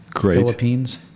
Philippines